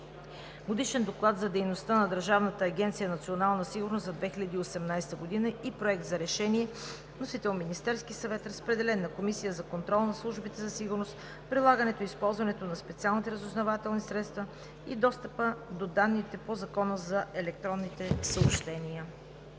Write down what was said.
Годишен доклад за дейността на Държавна агенция „Национална сигурност“ за 2018 г. и Проект за решение. Вносител е Министерският съвет. Разпределен е на Комисията за контрол над службите за сигурност, прилагането и използването на специалните разузнавателни средства и достъпа до данните по Закона за електронните съобщения.